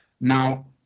now